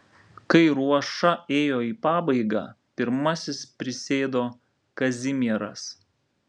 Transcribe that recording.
kai ruoša ėjo į pabaigą pirmasis prisėdo kazimieras